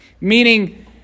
meaning